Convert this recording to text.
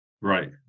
right